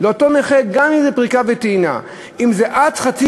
לאותו נכה גם אם זה אזור פריקה וטעינה.